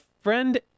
friend